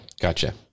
Gotcha